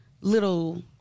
little